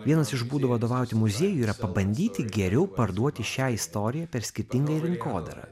vienas iš būdų vadovauti muziejui yra pabandyti geriau parduoti šią istoriją per skirtingai rinkodarą